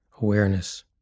awareness